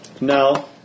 No